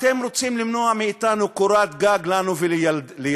אתם רוצים למנוע מאתנו קורת גג לנו ולילדינו.